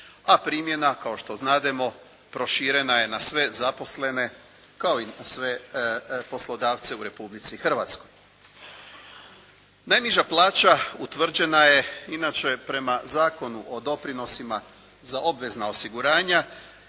a primjena kao što znademo proširena je na sve zaposlene kao i na sve poslodavce u Republici Hrvatskoj. Najniža plaća utvrđena je inače prema Zakonu o doprinosima za obavezna osiguranja